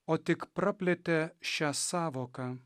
o tik praplėtė šią sąvoką